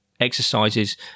exercises